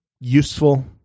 useful